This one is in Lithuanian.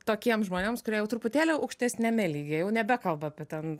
tokiems žmonėms kurie jau truputėlį aukštesniame lygyje jau nebekalba apie ten